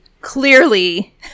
clearly